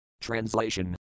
Translation